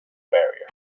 barrier